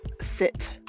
sit